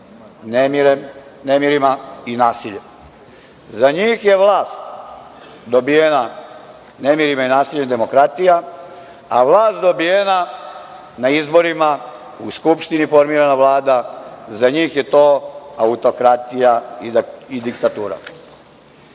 nemirima i nasiljem.Za njih je vlast dobijena nemirima i nasiljem demokratija, a vlast dobijena na izborima, u Skupštini formirana Vlada, za njih je to autokratija i diktatura. Ja